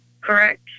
correct